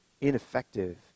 ineffective